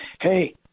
hey